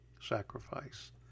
sacrifice